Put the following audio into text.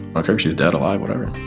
ah care if she's dead, alive, whatever